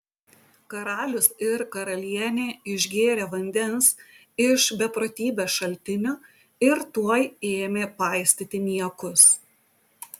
karalius ir karalienė išgėrė vandens iš beprotybės šaltinio ir tuoj ėmė paistyti niekus